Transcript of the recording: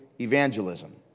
evangelism